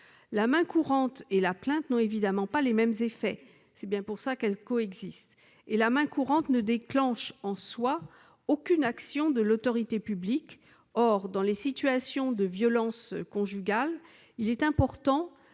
La main courante et la plainte n'ont évidemment pas les mêmes effets. C'est bien pour cela qu'elles coexistent. La main courante ne déclenche aucune action de l'autorité publique. Or, dans les situations de violences, il est important